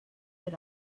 per